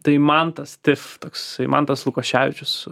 tai mantas tif toksai mantas lukoševičius